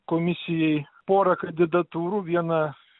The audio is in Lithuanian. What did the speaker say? komisijai porą kandidatūrų vieną